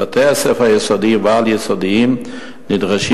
בתי-הספר היסודיים והעל-יסודיים נדרשים